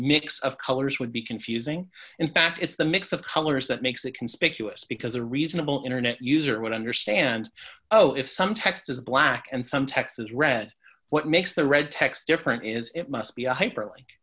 mix of colors would be confusing in fact it's the mix of colors that makes it conspicuous because a reasonable internet user would understand oh if some text is black and some texas red what makes the red text different is it must be a hyperli